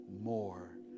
more